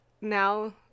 now